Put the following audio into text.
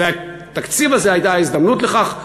והתקציב הזה הייתה הזדמנות לכך,